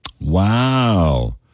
Wow